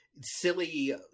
silly